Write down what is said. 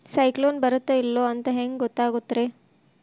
ಸೈಕ್ಲೋನ ಬರುತ್ತ ಇಲ್ಲೋ ಅಂತ ಹೆಂಗ್ ಗೊತ್ತಾಗುತ್ತ ರೇ?